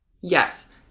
Yes